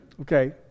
Okay